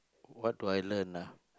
what do I learn ah